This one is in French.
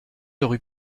rue